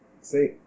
see